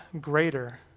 greater